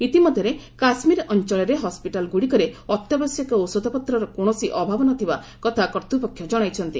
ଇତିମଧ୍ୟରେ କାଶ୍ମୀର ଅଞ୍ଚଳର ହସ୍କିଟାଲ୍ଗୁଡ଼ିକରେ ଅତ୍ୟାବଶ୍ୟକ ଔଷଧପତ୍ରର କୌଣସି ଅଭାବ ନ ଥିବା କଥା କର୍ତ୍ତୃପକ୍ଷ ଜଣାଇଛନ୍ତି